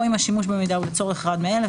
או אם השימוש במידע הוא לצורך אחד מאלה,